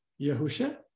Yahusha